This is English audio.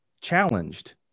challenged